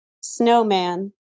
snowman